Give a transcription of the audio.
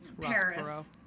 Paris